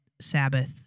Sabbath